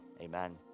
Amen